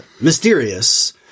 mysterious